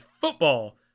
football